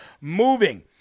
moving